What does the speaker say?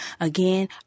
Again